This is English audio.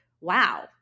wow